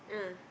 ah